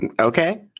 Okay